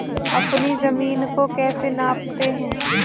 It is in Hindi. अपनी जमीन को कैसे नापते हैं?